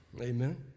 amen